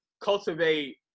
cultivate